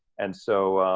and so,